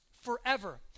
forever